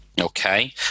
Okay